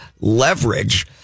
leverage